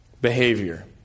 behavior